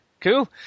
cool